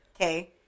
okay